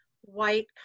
white